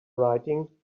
writing